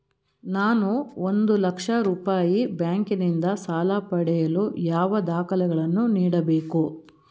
ನಾನು ಒಂದು ಲಕ್ಷ ರೂಪಾಯಿ ಬ್ಯಾಂಕಿನಿಂದ ಸಾಲ ಪಡೆಯಲು ಯಾವ ದಾಖಲೆಗಳನ್ನು ನೀಡಬೇಕು?